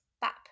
bap